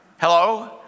Hello